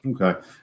Okay